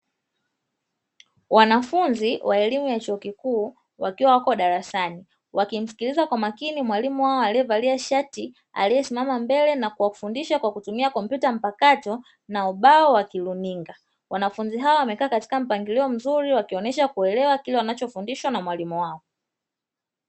Wanafunzi wa elimu ya chuo kikuu wakiwa wapo darasani, wakimsikiliza kwa makini mwalimu wao, aliyevalia shati aliyesimama mbele na kuwafundisha kwa kutumia kompyuta mpakato, na ubao wa kiruninga. Wanafunzi hao wamekaa katika mpangilio mzuri, wakionyesha kuelewa kile wanachofundishwa na mwalimu wao.